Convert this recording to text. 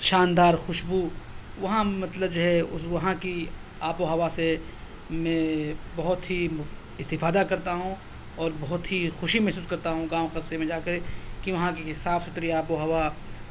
شاندار خوشبو وہاں مطلب جو ہے وہاں کی آب و ہوا سے میں بہت ہی اِستفادہ کرتا ہوں اور بہت ہی خوشی محسوس کرتا ہوں گاؤں قصبے میں جا کے کہ وہاں کی کہ صاف ستھری آب و ہوا